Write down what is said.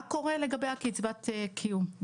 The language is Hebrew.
מה קורה לגבי קצבת הקיום שלהם?